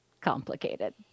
complicated